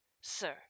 Sir